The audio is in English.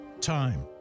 Time